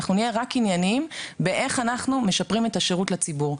ואנחנו נהיה רק עניינים לגבי איך אנחנו משפרים את השירות לציבור.